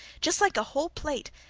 just like a whole plate,